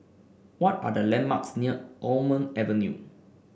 what are the landmarks near Almond Avenue